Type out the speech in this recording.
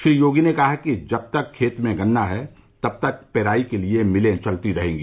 श्री योगी ने कहा कि जब तक खेत में गन्ना है तब तक पेराई के लिये मिले चलती रहेंगी